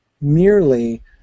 merely